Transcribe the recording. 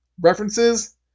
references